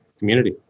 community